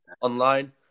online